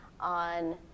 on